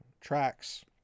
tracks